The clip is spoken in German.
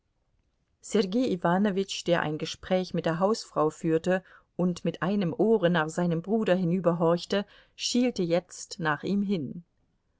sergei iwanowitsch der ein gespräch mit der hausfrau führte und mit einem ohre nach seinem bruder hinüberhorchte schielte jetzt nach ihm hin